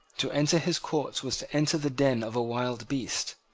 to enter his court was to enter the den of a wild beast,